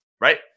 right